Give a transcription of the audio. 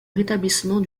rétablissement